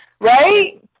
right